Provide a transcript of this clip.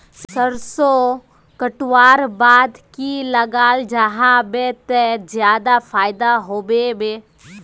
सरसों कटवार बाद की लगा जाहा बे ते ज्यादा फायदा होबे बे?